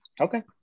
Okay